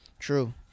true